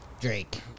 Drake